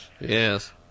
Yes